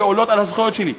שעולות על הזכויות שלי?